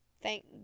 Thank